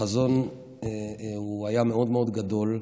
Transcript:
כשהחזון היה מאוד מאוד גדול: